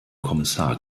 kommissar